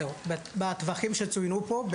בטווחים שצוינו פה,